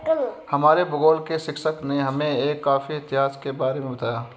हमारे भूगोल के शिक्षक ने हमें एक कॉफी इतिहास के बारे में बताया